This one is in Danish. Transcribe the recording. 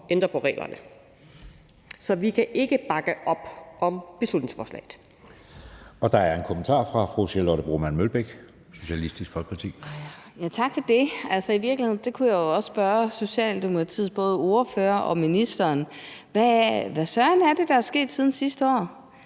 ændre på reglerne. Så vi kan ikke bakke op om beslutningsforslaget.